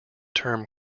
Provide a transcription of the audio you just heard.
term